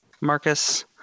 Marcus